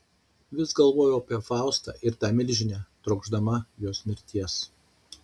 vis galvojau apie faustą ir tą milžinę trokšdama jos mirties